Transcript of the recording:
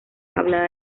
hablada